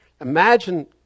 Imagine